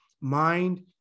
mind